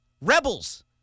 Rebels